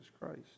Christ